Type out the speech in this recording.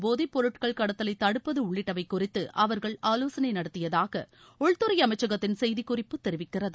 போதைப்பொருட்கள் கடத்தலை தடுப்பது உள்ளிட்டவை குறித்து அவர்கள் ஆலோசனை நடத்தியதாக உள்துறை அமைச்சககத்தின் செய்திக்குறிப்பு தெரிவிக்கிறது